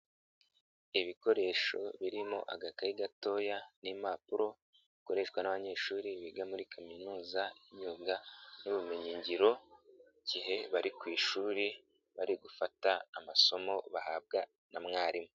Ibikoresho birimo agakayi gatoya n'impapuro bikoreshwa n'abanyeshuri biga muri kaminuza y'imyuga n'ubumenyingiro igihe bari ku ishuri, bari gufata amasomo bahabwa na mwarimu.